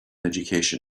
education